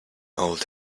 old